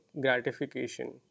gratification